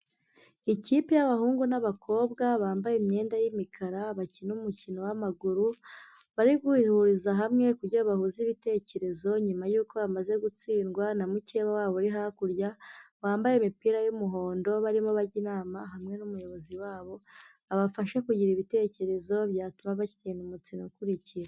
Ikipe y'abahungu n'abakobwa bambaye imyenda y'imikara, bakina umukino w'amaguru, bari kwihuriza hamwe kugira ngo bahuze ibitekerezo nyuma yuko bamaze gutsindwa na mukeba wabo uri hakurya, bambaye imipira y'umuhondo, barimo bajya inama hamwe n'umuyobozi wabo, abafashe kugira ibitekerezo byatuma bakina umukino ukurikira.